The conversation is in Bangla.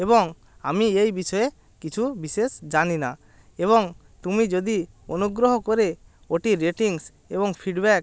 এবং আমি এই বিষয়ে কিছু বিশেষ জানি না এবং তুমি যদি অনুগ্রহ করে ওটির রেটিংস এবং ফিডব্যাক